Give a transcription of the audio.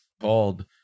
called